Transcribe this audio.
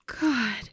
God